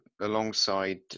alongside